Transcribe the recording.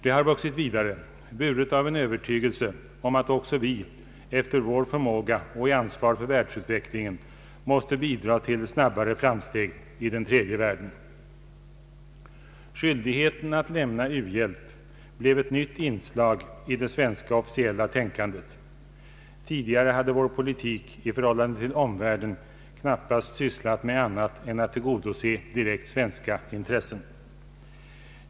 Det har vuxit vidare, buret av en övertygelse om att också vi efter vår förmåga och i ansvar för världsutvecklingen måste bidra till snabbare framsteg i den tredje världen. Skyldigheten att lämna u-hjälp blev ett nytt inslag i det svenska officiella tänkandet — tidigare hade vår politik 1 förhållande till omvärlden knappast sysslat med annat än att tillgodose direkta svenska intressen.